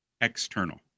external